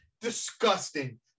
Disgusting